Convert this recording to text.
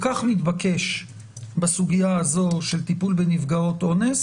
כך מתבקש בסוגיה הזו של טיפול בנפגעות אונס,